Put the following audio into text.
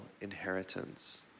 inheritance